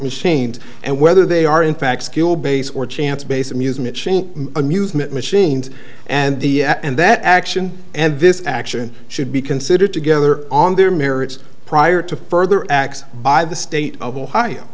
machines and whether they are in fact skill based or chance based amusement chain amusement machines and the and that action and this action should be considered together on their merits prior to further acts by the state of ohio